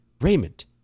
Raymond